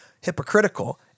hypocritical